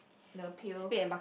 and a pail